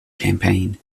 campaign